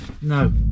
No